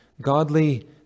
godly